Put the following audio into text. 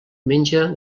menja